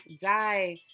die